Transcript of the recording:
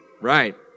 Right